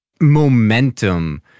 momentum